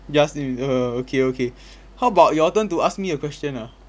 just in between err okay okay how about your turn to ask me a question ah